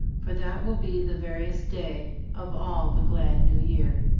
for that will be the veriest day of all the glad new year.